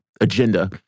agenda